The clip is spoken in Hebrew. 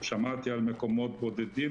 שמעתי על מקומות בודדים,